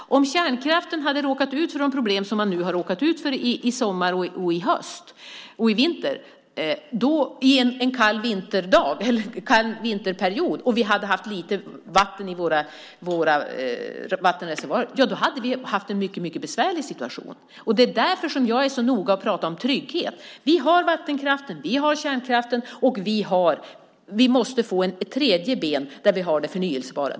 Tänk om kärnkraften hade råkat ut för de problem som man nu har råkat ut för i sommar, höst och vinter under en kall vinterperiod och vi hade haft lite vatten i våra vattenreservoarer! Då hade vi haft en mycket besvärlig situation. Det är därför jag är så noga med att prata om trygghet. Vi har vattenkraften, vi har kärnkraften och vi måste få ett tredje ben - det förnybara.